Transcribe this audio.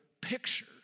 picture